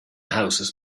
houses